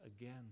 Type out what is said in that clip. again